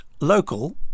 Local